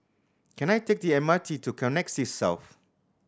can I take the M R T to Connexis South